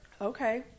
Okay